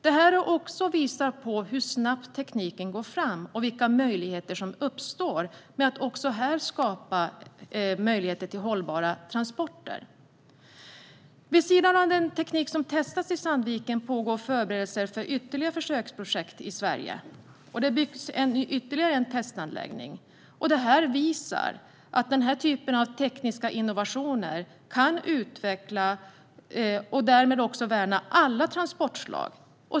Detta visar också på hur snabbt tekniken går framåt och vilka möjligheter som uppstår att även här skapa hållbara transporter. Vid sidan av den teknik som testas i Sandviken pågår förberedelser för fler försöksprojekt i Sverige. Det byggs ytterligare en testanläggning. Det här visar att denna typ av tekniska innovationer kan utveckla, och därmed också värna, alla transportslag.